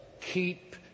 Keep